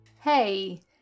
Hey